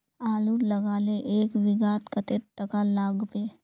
आलूर लगाले एक बिघात कतेक टका लागबे?